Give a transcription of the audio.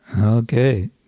okay